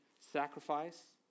sacrifice